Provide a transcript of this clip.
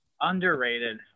Underrated